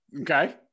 Okay